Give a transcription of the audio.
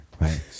right